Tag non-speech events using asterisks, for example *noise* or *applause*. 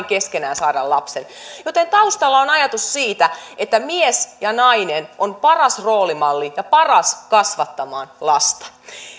*unintelligible* keskenään saada lapsen joten taustalla on ajatus siitä että mies ja nainen on paras roolimalli ja paras kasvattamaan lasta